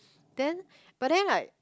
then but then like